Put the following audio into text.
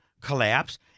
collapse